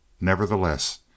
Nevertheless